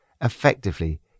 Effectively